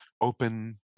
open